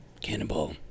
Cannonball